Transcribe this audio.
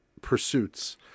pursuits